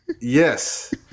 yes